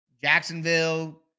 Jacksonville